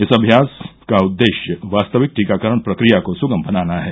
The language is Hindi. इस अभ्यास का उद्देश्य वास्तविक टीकाकरण प्रक्रिया को सुगम बनाना है